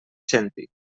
senti